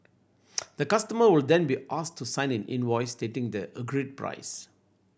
the customer would then be asked to sign an invoice stating the agreed price